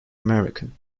american